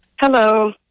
Hello